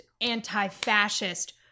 anti-fascist